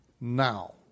now